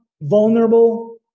vulnerable